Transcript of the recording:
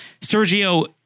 Sergio